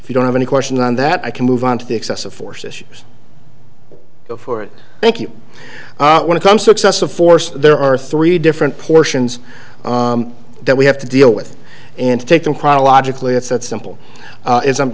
if you don't have any questions on that i can move on to the excessive force issues before it thank you when it comes to excessive force there are three different portions that we have to deal with and to take them chronologically it's that simple is i'm